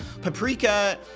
Paprika